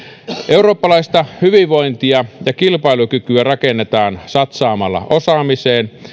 eurooppalaista hyvinvointia ja kilpailukykyä rakennetaan satsaamalla osaamiseen